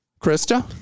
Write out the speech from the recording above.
Krista